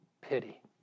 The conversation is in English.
pity